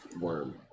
worm